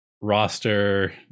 roster